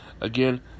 again